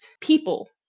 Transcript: people